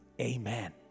amen